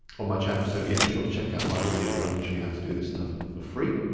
on my channel. so yeah, be sure to check out my other videos where i can show you how to do this stuff for free.